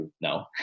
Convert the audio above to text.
no